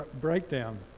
breakdown